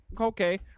Okay